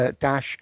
dash